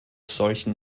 solchen